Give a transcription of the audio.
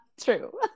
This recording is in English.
true